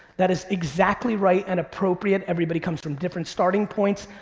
that is exactly right and appropriate, everybody comes from different starting points.